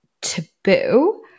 taboo